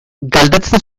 galdetzen